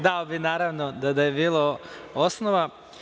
Dao bih naravno, da je bilo osnova.